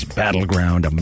battleground